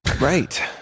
right